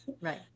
right